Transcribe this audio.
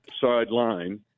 sideline